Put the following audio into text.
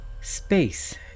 space